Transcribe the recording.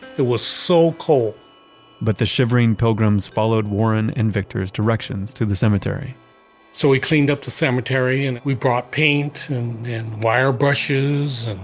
it was so cold but the shivering pilgrims followed warren and victor's directions to the cemetery so we cleaned up the cemetery and we brought paint and wire brushes